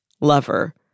lover